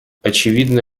очевидна